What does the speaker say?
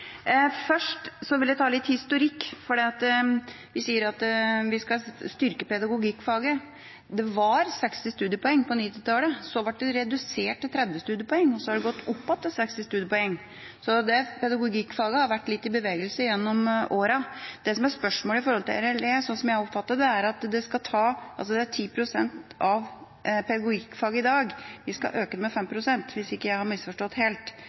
var 60 studiepoeng på 1990-tallet, så ble det redusert til 30 studiepoeng, og så har det gått opp igjen til 60 studiepoeng, så pedagogikkfaget har vært litt i bevegelse gjennom årene. Det som er spørsmålet i forhold til RLE, slik jeg oppfatter det, er at det er 10 pst. av pedagogikkfaget i dag, og vi skal øke det med 5 pst., hvis jeg ikke har misforstått helt,